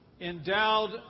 endowed